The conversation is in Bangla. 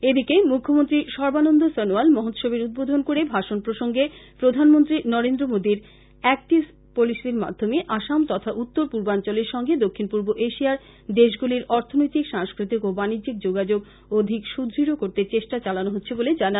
এদিকে মৃখ্যমন্ত্রী সর্বানন্দ সনোয়াল মহোৎসবের উদ্বোধন করে ভাষণপ্রসঙ্গে প্রধানমন্ত্রী নরেন্দ্র মোদী এক্ট ইস্ট পলিসির মাধ্যমে আসাম তথা উত্তর পূর্বাঞ্চলের সঙ্গে দক্ষিণ পূর্ব এশিয়ার দেশগুলির অর্থনৈতিক সাংস্কৃতিক ও বাণিজ্যিক যোগাযোগ অধিক সুদ্য় করতে চেষ্টা চালানো হচ্ছে বলে জানান